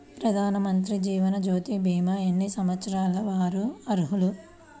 ప్రధానమంత్రి జీవనజ్యోతి భీమా ఎన్ని సంవత్సరాల వారు అర్హులు?